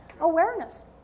awareness